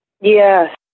Yes